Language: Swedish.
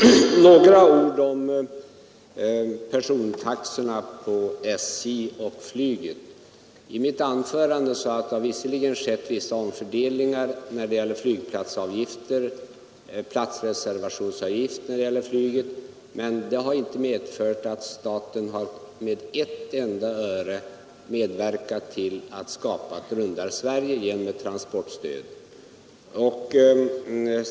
Herr talman! Några ord om persontaxorna på SJ och flyget. I mitt anförande sade jag att det visserligen skett vissa omfördelningar när det gäller flygplatsavgifter och platsreservationsavgifter för flyget, men det har inte medfört att staten med ett enda öre medverkat till att skapa ett rundare Sverige genom ett transportstöd.